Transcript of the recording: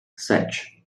sete